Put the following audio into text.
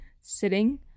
sitting